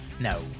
No